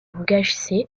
langage